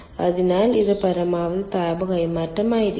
അതിനാൽ ഇത് പരമാവധി താപ കൈമാറ്റം ആയിരിക്കും